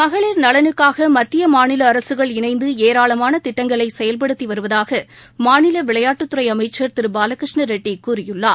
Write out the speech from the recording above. மகளிர் நலனுக்காக மத்திய மாநில அரசுகள் இணைந்து ஏராளமான திட்டங்களை செயல்படுத்தி வருவதாக மாநில விளையாட்டுத் துறை அமைச்சர் திரு பாலகிருஷ்ணரெட்டி கூறியுள்ளார்